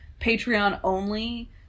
Patreon-only